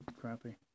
crappy